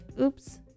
Oops